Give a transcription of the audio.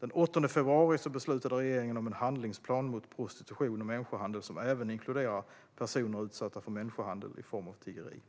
Den 8 februari beslutade regeringen om en handlingsplan mot prostitution och människohandel som även inkluderar personer utsatta för människohandel i form av tiggeri.